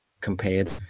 compared